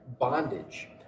bondage